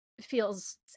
feels